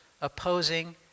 opposing